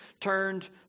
turned